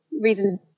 reasons